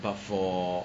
but for